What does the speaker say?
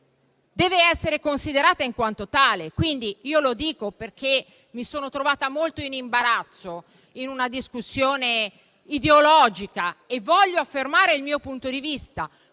deve essere considerata in quanto tale. Lo dico perché mi sono trovata molto in imbarazzo in una discussione ideologica e voglio affermare il mio punto di vista.